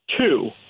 two